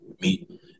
meet